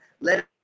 Let